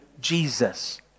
Jesus